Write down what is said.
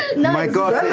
my god